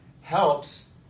helps